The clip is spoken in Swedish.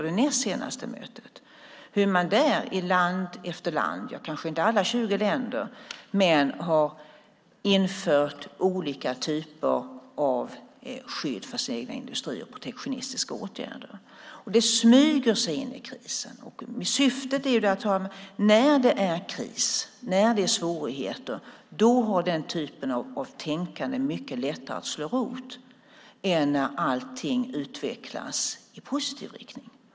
De har i land efter land - kanske inte i alla 20 länder - infört olika typer av skydd för sina egna industrier, det vill säga protektionistiska åtgärder. Det smyger sig in i krisen. När det är kris och svårigheter har den typen av tänkande mycket lättare att slå rot än när allting utvecklas i positiv riktning.